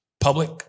public